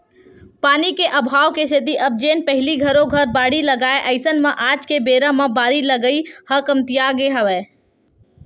पानी के अभाव के सेती अब जेन पहिली घरो घर बाड़ी लगाय अइसन म आज के बेरा म बारी लगई ह कमतियागे हवय